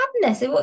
Madness